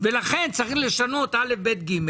ולכן צריך לשנות א' ב' ג',